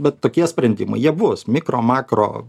bet tokie sprendimai jie bus mikro makro